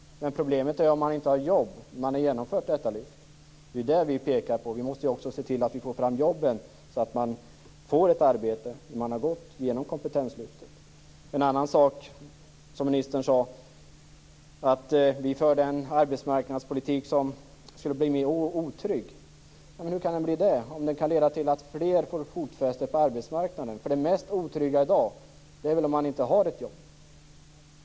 Problemet är om man inte får jobb när man har genomfört detta lyft. Det är det vi pekar på. Vi måste ju också se till att vi får fram jobben, så att man får ett arbete när man har gått igenom kompetenslyftet. Ministern sade också att vi för en arbetsmarknadspolitik som skulle bli mer otrygg. Men hur kan den bli det om den leder till att fler får fotfäste på arbetsmarknaden? Det mest otrygga i dag är väl om man inte har ett jobb.